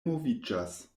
moviĝas